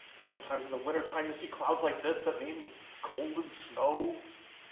sometimes in the winter time, you see clouds like this, that mean cold and snow.